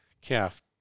calf